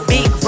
Big